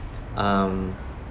um